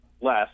less